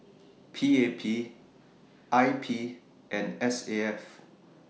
P A P I P and S A F